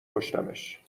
کشتمش